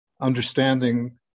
understanding